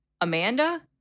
Amanda